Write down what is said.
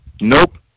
Nope